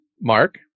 mark